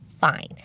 Fine